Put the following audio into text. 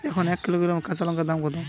এখন এক কিলোগ্রাম কাঁচা লঙ্কার দাম কত?